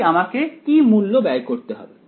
তাই আমাকে কি মূল্য ব্যয় করতে হবে